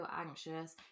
anxious